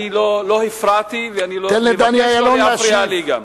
אני לא הפרעתי, ואני מבקש גם לא להפריע לי.